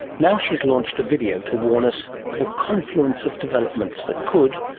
now she has launched a video to warn us of a confluence of developments that could,